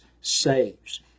saves